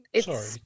sorry